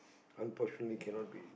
unfortunately cannot be